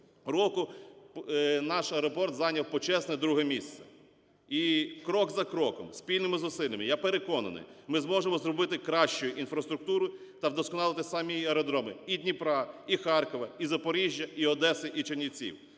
року" наш аеропорт зайняв почесне ІІ місце. І крок за кроком, спільними зусиллями, я переконаний, ми зможемо зробити кращу інфраструктуру та вдосконалити самі аеродроми і Дніпра, і Харкова, і Запоріжжя, і Одеси, і Чернівців.